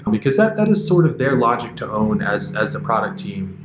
because that that is sort of their logic to own as as a product team.